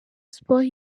sports